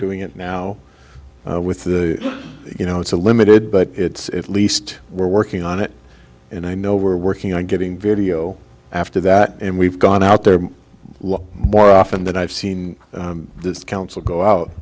doing it now with the you know it's a limited but it's least we're working on it and i know we're working on getting video after that and we've gone out there more often than i've seen this council go out